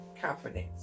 confidence